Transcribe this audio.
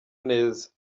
neza